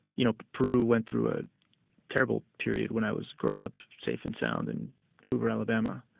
you know, peru went through a terrible period when i was growing up safe and sound in hoover, ala. but